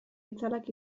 itzalak